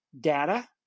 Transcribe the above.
data